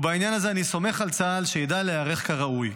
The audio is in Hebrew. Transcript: ובעניין הזה אני סומך על צה"ל שידע להיערך כראוי.